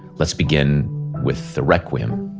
lets begin with the requiem,